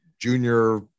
junior